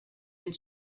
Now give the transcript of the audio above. and